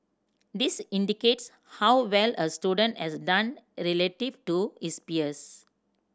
this indicates how well a student as done relative to his peers